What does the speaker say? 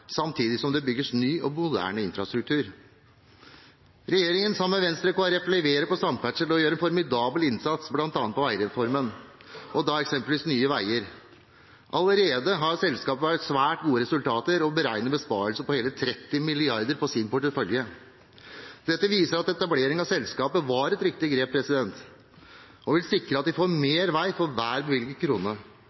samtidig som det bygges ny og moderne infrastruktur. Regjeringen, sammen med Venstre og Kristelig Folkeparti, leverer på samferdsel og gjør en formidabel innsats, bl.a. med veireformen, eksempelvis Nye Veier AS. Selskapet viser allerede svært gode resultater og beregner en besparelse på hele 30 mrd. kr på sin portefølje. Dette viser at etableringen av selskapet var et riktig grep, og vil sikre at vi får mer vei for hver bevilget krone,